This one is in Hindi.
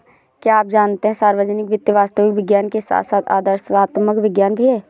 क्या आप जानते है सार्वजनिक वित्त वास्तविक विज्ञान के साथ साथ आदर्शात्मक विज्ञान भी है?